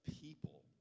people